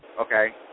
okay